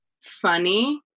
funny